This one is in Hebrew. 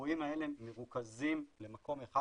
האירועים האלה מרוכזים למקום אחד,